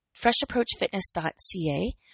freshapproachfitness.ca